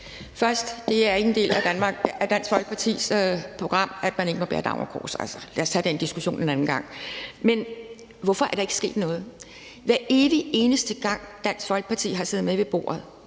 at det ikke er en del af Dansk Folkepartis program, at man ikke må bære dagmarkors. Altså, lad os tage den diskussion en anden gang. Men hvorfor er der ikke sket noget? Hver evig eneste gang Dansk Folkeparti har siddet med ved bordet